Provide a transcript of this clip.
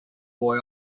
boy